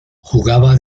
jugaba